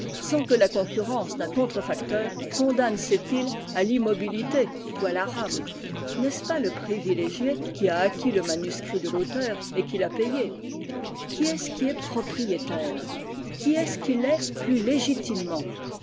sans que la concurrence d'un contrefacteur condamne ces piles à l'immobilité ou à la rame n'est-ce pas le privilégié qui a acquis le manuscrit de l'auteur et qui l'a payé qui est-ce qui est propriétaire qui est-ce qui l'est plus légitimement